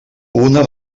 una